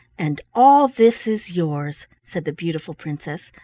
and all this is yours, said the beautiful princess,